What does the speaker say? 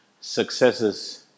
successes